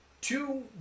two